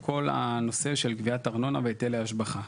לכל הנושא של גביית ארנונה והיטלי השבחה.